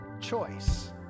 choice